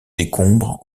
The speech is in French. décombres